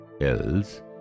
else